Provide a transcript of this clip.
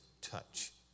touch